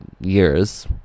years